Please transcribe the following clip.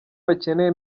bakeneye